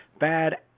bad